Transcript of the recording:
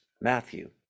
Matthew